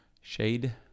Shade